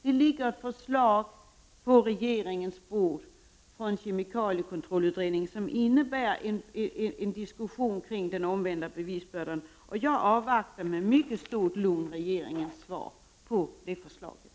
På regeringens bord ligger ett förslag från kemikaliekontrollutredningen som innebär en diskussion kring den omvända bevisbördan. Jag avvaktar med stort lugn regeringens svar på det förslaget.